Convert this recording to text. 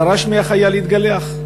דרש מהחייל להתגלח,